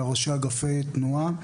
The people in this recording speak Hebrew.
ראשי אגפי תנועה,